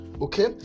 okay